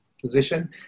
position